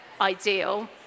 ideal